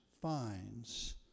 finds